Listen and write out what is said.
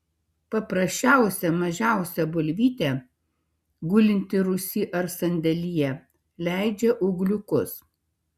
paprasčiausia mažiausia bulvytė gulinti rūsy ar sandėlyje leidžia ūgliukus